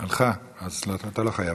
הלכה, אז אתה לא חייב.